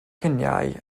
lluniau